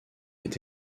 est